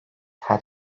had